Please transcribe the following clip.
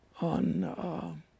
on